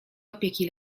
opieki